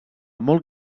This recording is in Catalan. molt